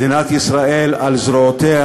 מדינת ישראל, על זרועותיה